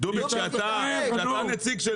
דובי, אתה נציג של